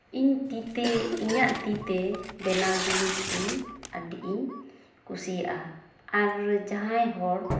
ᱤᱧ ᱛᱤᱛᱮ ᱤᱧᱟᱹᱜ ᱛᱤᱛᱮ ᱵᱮᱱᱟᱣ ᱡᱤᱱᱤᱥ ᱤᱧ ᱟᱹᱰᱤ ᱤᱧ ᱠᱩᱥᱤᱭᱟᱜᱼᱟ ᱟᱨ ᱡᱟᱦᱟᱸᱭ ᱦᱚᱲ